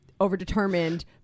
overdetermined